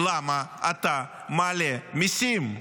למה אתה מעלה מיסים?